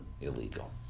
illegal